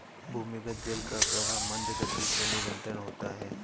भूमिगत जल का प्रवाह मन्द गति से निरन्तर होता है